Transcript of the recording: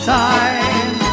time